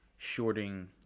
shorting